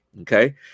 Okay